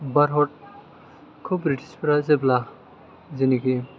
भारतखौ ब्रिटिसफ्रा जेब्ला जेनाखि